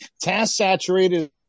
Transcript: task-saturated